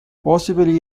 possibly